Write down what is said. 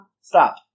stop